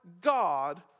God